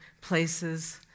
places